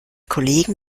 kollegen